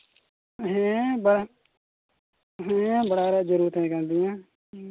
ᱦᱮᱸ ᱵᱟᱝ ᱦᱮᱸ ᱵᱟᱲᱟᱭ ᱨᱮᱭᱟᱜ ᱡᱟᱹᱨᱩᱲ ᱛᱟᱦᱮᱸ ᱠᱟᱱ ᱛᱤᱧᱟ